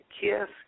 kiss